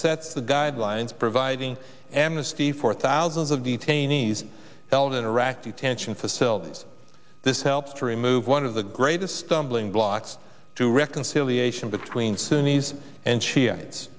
set the guidelines provide and the city for thousands of detainees held interactive attention facilities this helps to remove one of the greatest stumbling blocks to reconciliation between sunni and shi